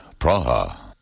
Praha